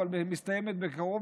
אבל מסתיימת בקרוב,